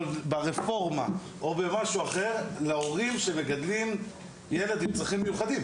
או ברפורמה או במשהו אחר להורים שמגדלים ילד עם צרכים מיוחדים.